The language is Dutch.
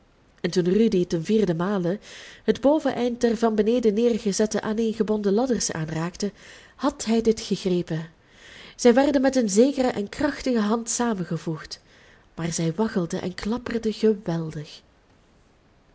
en toen rudy ten vierden male het boveneind der van beneden neergezette aaneengebonden ladders aanraakte had hij dit gegrepen zij werden met een zekere en krachtige hand samengevoegd maar zij waggelden en klapperden geweldig